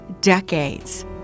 decades